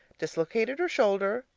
dislocated her shoulder.